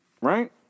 Right